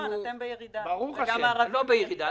אתם בירידה, וגם הערבים בירידה.